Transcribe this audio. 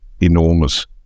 enormous